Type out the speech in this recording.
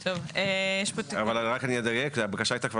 אבל היתה לנו